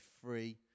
free